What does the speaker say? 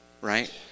right